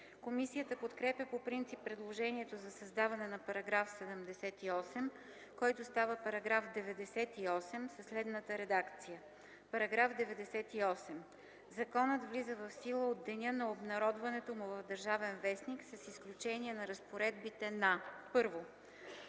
Комисията подкрепя по принцип предложението за създаване на § 78, който става § 98 със следната редакция: „§ 98. Законът влиза в сила от деня на обнародването му в „Държавен вестник” с изключение на разпоредбите на: 1.